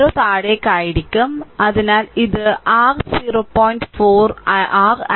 അരരൌ താഴേക്ക് ആയിരിക്കും അതിനാൽ ഇത് r 0